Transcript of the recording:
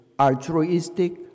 altruistic